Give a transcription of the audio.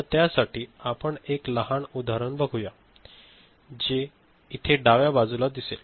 तर त्यासाठी आपण एक लहान उदाहरण बघूया जे डाव्या बाजूला दिसेल